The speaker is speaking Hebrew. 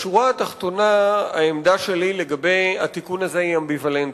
בשורה התחתונה העמדה שלי לגבי התיקון הזה היא אמביוולנטית.